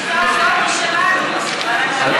אנחנו מנסים להבין.